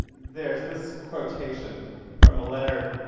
there's this quotation from a letter